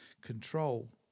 control